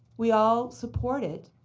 we all support it,